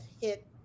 hit